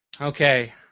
Okay